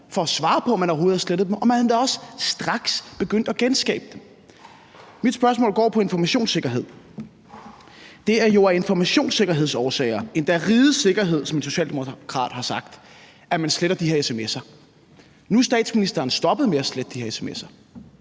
for at svare på, om man overhovedet havde slettet dem, og man er da også straks begyndt at genskabe dem. Mit spørgsmål går på informationssikkerhed. Det er jo af informationssikkerhedsårsager, endda rigets sikkerhed, som en socialdemokrat har sagt, at man sletter de her sms'er. Nu er statsministeren stoppet med at slette de her sms'er.